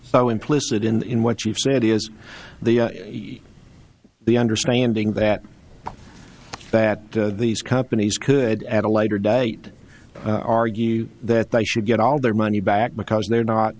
so implicit in what you've said is the the understanding that that these companies could at a later date argue that they should get all their money back because they're not